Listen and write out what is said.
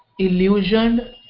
illusioned